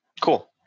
Cool